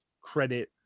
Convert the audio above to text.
credit